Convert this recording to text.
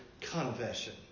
confession